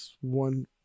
one